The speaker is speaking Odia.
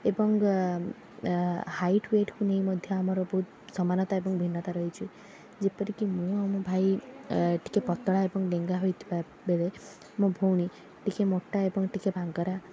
ଏବଂ ହାଇଟ୍ ୱେଟ୍କୁ ନେଇ ମଧ୍ୟ ଆମର ବହୁତ ସମାନତା ଏବଂ ଭିନ୍ନତା ରହିଛି ଯେପରି କି ମୁଁ ଆଉ ମୋ ଭାଇ ଏ ଟିକିଏ ପତଳା ଏବଂ ଡେଙ୍ଗା ହୋଇଥିବାବେଳେ ମୋ ଭଉଣୀ ଟିକିଏ ମୋଟା ଏବଂ ଟିକିଏ ବାଙ୍ଗରା